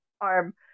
arm